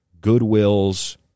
Goodwills